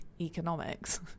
economics